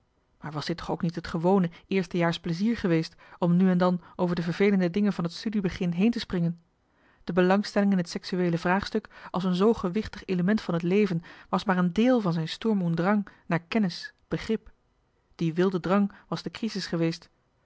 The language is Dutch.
maar was dit toch ook niet het gewone eerste jaars plezier geweest om nu en dan over de vervelende dingen van het studiebegin heen te springen de belangstelling in het sexueele vraagstuk als een zoo gewichtig element van het leven was maar een déél van zijn sturm und drang naar kennis begrip die wilde drang was de crisis geweest